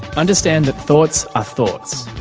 understand that thoughts are thoughts.